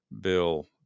bill